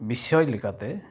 ᱵᱤᱥᱚᱭ ᱞᱮᱠᱟᱛᱮ